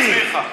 אני אסביר לך,